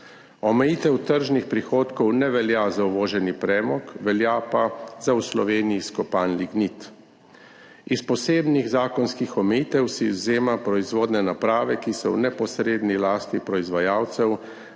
Omejitev tržnih prihodkov ne velja za uvoženi premog, velja pa za v Sloveniji izkopan lignit. Iz posebnih zakonskih omejitev si izvzema proizvodne naprave, ki so v neposredni lasti proizvajalcev.